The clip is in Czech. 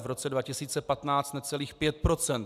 V roce 2015 necelých 5 %.